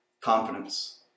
confidence